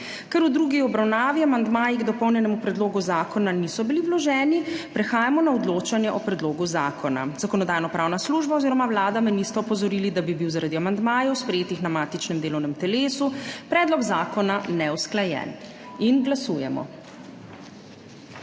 Ker v drugi obravnavi amandmaji k dopolnjenemu predlogu zakona niso bili vloženi, prehajamo na odločanje o predlogu zakona. Zakonodajno-pravna služba oziroma Vlada me nista opozorili, da bi bil zaradi amandmajev sprejetih na matičnem delovnem telesu, predlog zakona neusklajen. Glasujemo.